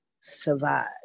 survive